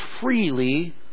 freely